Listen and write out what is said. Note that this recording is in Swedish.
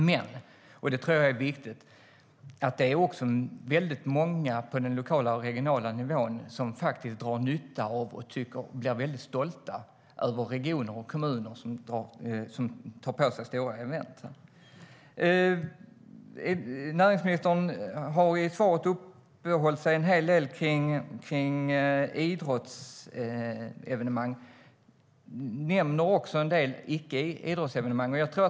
Men, och detta är viktigt, det är också många på lokal och regional nivå som drar nytta av och är stolta över att kommunen och regionen tar på sig stora event. I svaret uppehåller sig näringsministern en hel del vid idrottsevenemang. Han nämner också en del icke-idrottsevenemang.